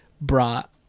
brought